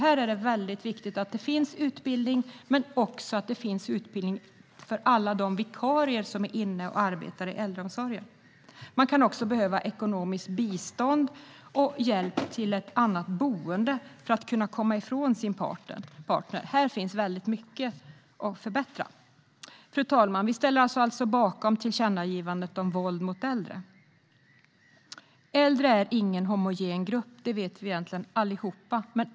Här är det viktigt att det finns utbildning även för alla de vikarier som är inne och arbetar i äldreomsorgen. Man kan också behöva ekonomiskt bistånd och hjälp till annat boende för att komma ifrån sin partner. Här finns mycket att förbättra. Fru talman! Vi ställer oss alltså bakom tillkännagivandet om våld mot äldre. Äldre är inte en homogen grupp; det vet vi väl egentligen allihop.